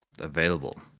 available